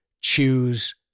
choose